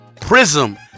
Prism